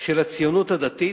של הציונות הדתית,